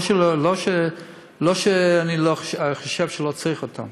לא שאני חושב שלא צריך אותם,